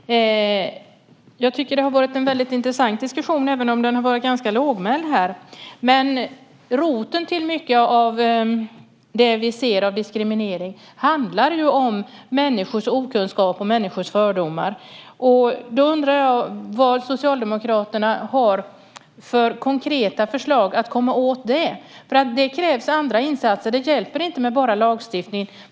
Fru talman! Jag tycker att det har varit en väldigt intressant diskussion, även om den har varit ganska lågmäld. Roten till mycket av det vi ser av diskriminering finns i människors okunskap och människors fördomar. Då undrar jag vilka konkreta förslag Socialdemokraterna har för att komma åt det. Det krävs andra insatser. Det hjälper inte med bara lagstiftning.